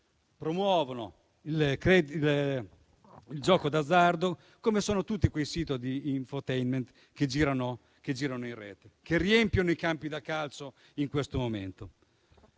maniera subdola, il gioco d'azzardo, come sono tutti quei siti di *infotainment* che girano in rete e che riempiono i campi da calcio in questo momento.